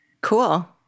Cool